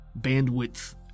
bandwidth